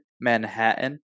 Manhattan